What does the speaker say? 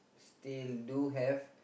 still do have